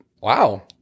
wow